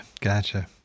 Gotcha